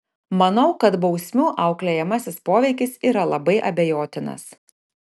manau kad bausmių auklėjamasis poveikis yra labai abejotinas